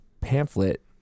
pamphlet